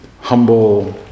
humble